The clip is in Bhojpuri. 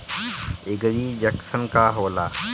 एगरी जंकशन का होला?